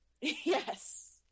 Yes